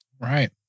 Right